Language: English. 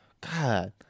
God